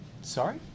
Sorry